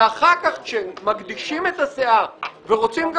ואחר כך כשמגדישים את הסאה ורוצים גם